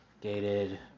gated